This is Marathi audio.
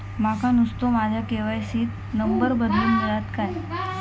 माका नुस्तो माझ्या के.वाय.सी त नंबर बदलून मिलात काय?